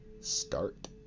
start